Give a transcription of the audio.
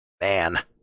man